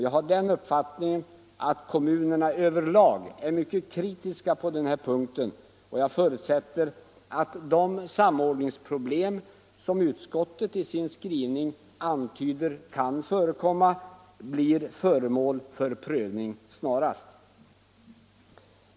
Jag har den uppfattningen att kommunerna över lag är mycket kritiska på denna punkt, och jag förutsätter att de samordningsproblem som utskottet i sin skrivning antyder kan förekomma blir föremål för prövning snarast.